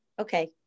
Okay